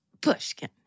Pushkin